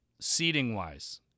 seating-wise